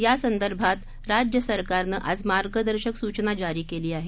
यासंदर्भात राज्य सरकारनं आज मार्गदर्शक सूचना जारी केली आहे